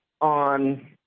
on